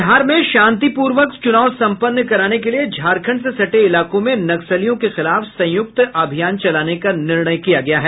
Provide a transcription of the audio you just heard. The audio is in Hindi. बिहार में शांतिपूर्वक च्रनाव सम्पन्न कराने के लिये झारखंड से सटे इलाकों में नक्सलियों के खिलाफ संयुक्त अभियान चलाने का निर्णय किया गया है